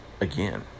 again